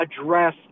address